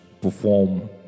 perform